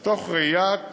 מתוך ראיית